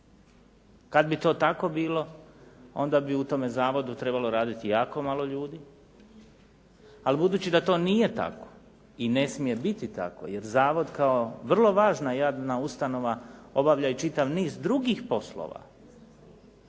Kad bi to tako bilo onda bi u tome zavodu trebalo raditi jako malo ljudi, ali budući da to nije tako i ne smije biti tako jer zavod kao vrlo važna javna ustanova obavlja i čitav niz drugih poslova.